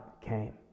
came